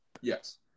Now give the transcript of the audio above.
yes